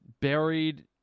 buried